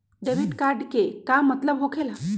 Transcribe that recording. Debit card के का मतलब होकेला?